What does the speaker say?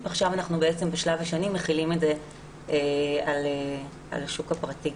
עכשיו אנחנו בעצם בשלב השני מחילים את זה על השוק הפרטי.